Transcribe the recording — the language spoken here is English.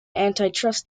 antitrust